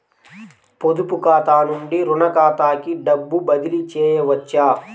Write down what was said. పొదుపు ఖాతా నుండీ, రుణ ఖాతాకి డబ్బు బదిలీ చేయవచ్చా?